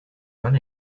run